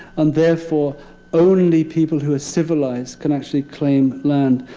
and therefore only people who are civilized can actually claim land.